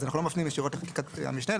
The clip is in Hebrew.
אז אנחנו לא מפנים ישירות לחקיקת המשנה,